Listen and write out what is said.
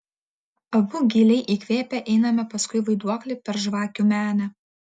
abu giliai įkvėpę einame paskui vaiduoklį per žvakių menę